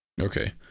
okay